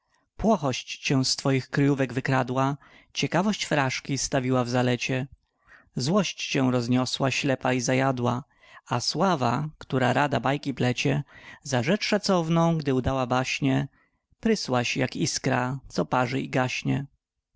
cię z twoich kryjówek wykradła ciekawość fraszki stawiła w zalecie złość cię rozniosła ślepa i zajadła a sława która rada bajki plecie za rzecz szacowną gdy udała baśnie prysłaś jak iskra co parzy i gaśnie